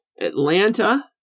Atlanta